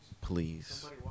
Please